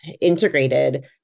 integrated